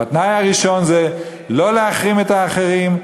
והתנאי הראשון זה לא להחרים את האחרים,